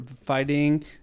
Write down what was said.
fighting